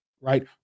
Right